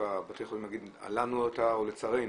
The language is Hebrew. בתי החולים יגידו, הלנו אתה או לצרינו?